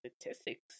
statistics